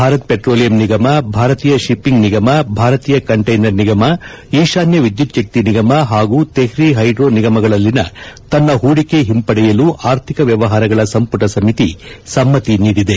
Bharat petroleum ನಿಗಮ ಭಾರತೀಯ shipping ನಿಗಮ ಭಾರತೀಯ ಕಂಟೈನರ್ ನಿಗಮ ಈಶಾನ್ಯ ವಿದ್ಯುಚ್ಚಕ್ತಿ ನಿಗಮ ಹಾಗೂ ತೆಹ್ರಿ ಹೈಡ್ರೋ ನಿಗಮಗಳಲ್ಲಿನ ತನ್ನ ಹೂಡಿಕೆ ಹಿಂಪಡೆಯಲು ಆರ್ಥಿಕ ವ್ಯವಹಾರಗಳ ಸಂಪುಟ ಸಮಿತಿ ಸಮ್ಮತಿ ನೀಡಿದೆ